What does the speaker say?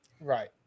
right